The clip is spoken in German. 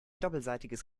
doppelseitiges